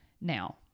Now